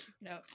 No